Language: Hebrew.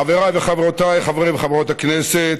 חבריי וחברותיי חברי וחברות הכנסת,